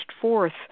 forth